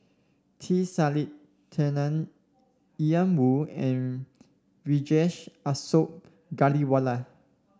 T Yan Woo and Vijesh Ashok Ghariwala